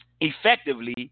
effectively